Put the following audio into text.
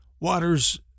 Waters